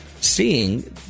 seeing